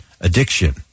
addiction